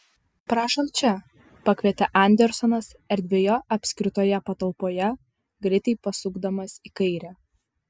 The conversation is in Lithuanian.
prašom čia pakvietė andersonas erdvioje apskritoje patalpoje greitai pasukdamas į kairę